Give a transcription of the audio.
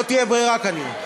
לא תהיה ברירה, כנראה.